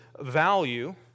value